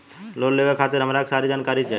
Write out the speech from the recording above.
Loan लेवे खातीर हमरा के सारी जानकारी चाही?